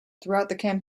throughout